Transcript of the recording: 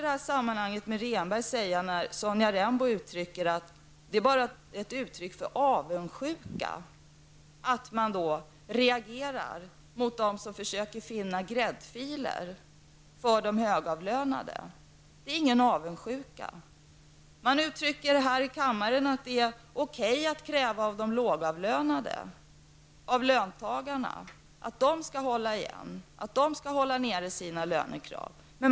Beträffande Rehnberggruppen sade Sonja Rembo att det bara var fråga om ett uttryck för avundsjuka när man reagerar mot dem som försöker finna gräddfiler för de högavlönade. Det är inte avundsjuka. Här i kammaren säger man att det är okej att kräva av de lågavlönade, löntagarna, att de skall hålla tillbaka sina lönekrav.